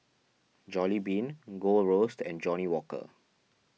Jollibean Gold Roast and Johnnie Walker